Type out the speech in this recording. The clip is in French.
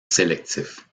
sélectif